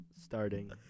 starting